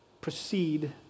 proceed